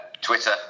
Twitter